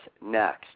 next